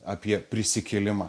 apie prisikėlimą